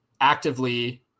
actively